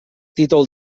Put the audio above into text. títol